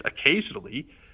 occasionally